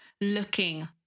looking